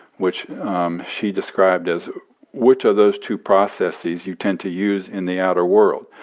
which um she described as which of those two processes you tend to use in the outer world.